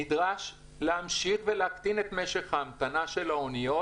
נדרש להמשיך ולהקטין את משך ההמתנה של האוניות.